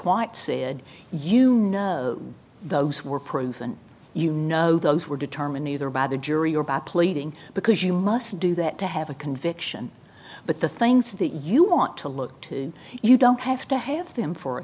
white said you know those were proven you know those were determined either by the jury or back pleading because you must do that to have a conviction but the things that you want to look to you don't have to have them for a